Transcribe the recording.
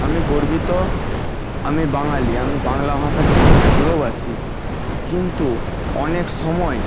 আমি গর্বিত আমি বাঙালি আমি বাংলা ভাষাকে খুব ভালোবাসি কিন্তু অনেক সময়